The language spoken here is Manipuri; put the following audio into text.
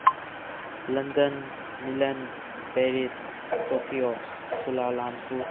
London Milan Paris Tokyo Kuala Lumpur